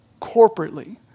corporately